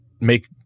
make